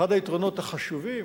אחד היתרונות החשובים,